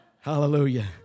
hallelujah